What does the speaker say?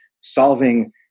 solving